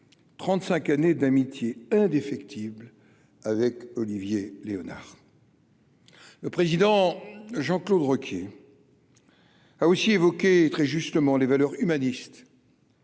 35 années d'amitié indéfectible avec Olivier Léonard. Le président Jean-Claude Requier a aussi évoqué très justement les valeurs humanistes.